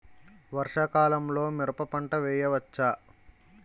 వర్షాకాలంలో మిరప పంట వేయవచ్చా?